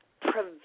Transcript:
prevent